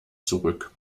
zurück